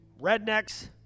rednecks